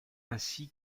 ainsi